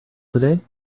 today